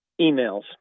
Emails